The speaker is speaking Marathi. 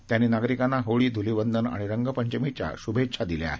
त्यांनी नागरिकाना होळी धुलीवंदन आणि रंगपंचमीच्या शुमेच्छा दिल्या आहेत